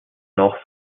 noch